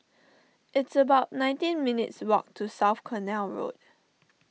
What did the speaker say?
it's about nineteen minutes' walk to South Canal Road